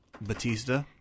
Batista